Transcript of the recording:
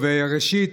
ראשית,